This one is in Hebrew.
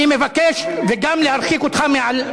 אתה לא יכול להוריד אותו.